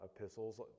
epistles